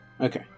Okay